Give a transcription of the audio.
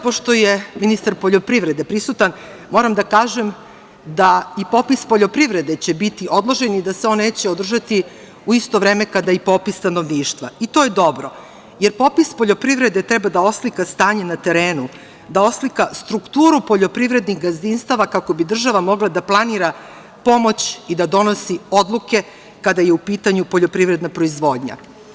Pošto je ministar poljoprivrede ovde prisutan, moram da kažem da i popis poljoprivrede će biti odložen i da se on neće održati u isto vreme kada i popis stanovništva, i to je dobro, jer popis poljoprivrede treba oslika stanje na terenu, da oslika strukturu poljoprivrednih gazdinstava kako bi država mogla da planira pomoć i da donosi odluke kada je u pitanju poljoprivredna proizvodnja.